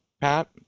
Pat